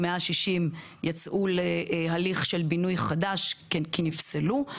160 יצאו להליך של בינוי חדש כי נפסלו.